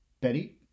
Betty